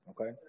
Okay